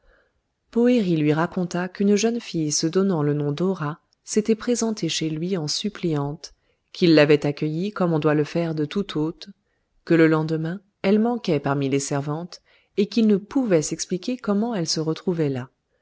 poëri lui raconta qu'une jeune fille se donnant le nom d'hora s'était présentée chez lui en suppliante qu'il l'avait accueillie comme on doit le faire de tout hôte que le lendemain elle manquait parmi les servantes et qu'il ne pouvait s'expliquer comment elle se retrouvait là